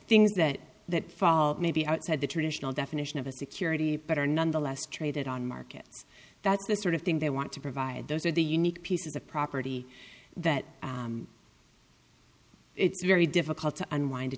things that that fall maybe outside the traditional definition of a security but are nonetheless traded on markets that's the sort of thing they want to provide those are the unique pieces of property that it's very difficult to unwind a